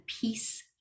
peace